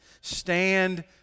Stand